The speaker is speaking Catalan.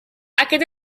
aquest